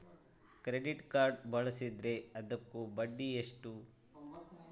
Credit card ಬಳಸಿದ್ರೇ ಅದಕ್ಕ ಬಡ್ಡಿ ಎಷ್ಟು?